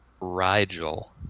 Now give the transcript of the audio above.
Rigel